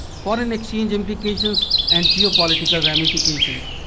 foreign exchange implications and geo-political ramifications.